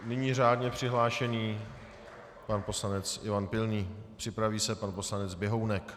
Nyní řádně přihlášený pan poslanec Ivan Pilný, připraví se pan poslanec Běhounek.